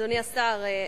אדוני השר,